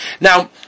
Now